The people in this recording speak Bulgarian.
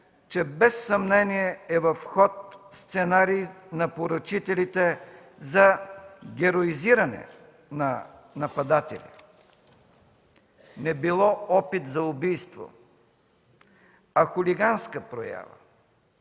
че без съмнение е в ход сценарий на поръчителите за героизиране на нападателя. Не било опит за убийство, а хулиганска проява,